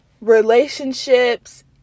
relationships